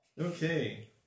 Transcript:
Okay